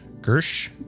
Gersh